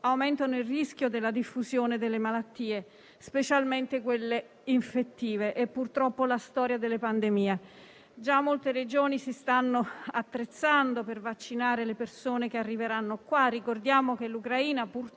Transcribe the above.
aumentano il rischio della diffusione delle malattie, specialmente quelle infettive. È purtroppo la storia delle pandemie. Già molte Regioni si stanno attrezzando per vaccinare le persone che arriveranno in Italia. Ricordiamo che l'Ucraina, purtroppo,